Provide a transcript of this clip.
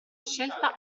scelta